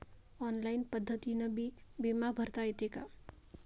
Online पद्धतीनं बी बिमा भरता येते का?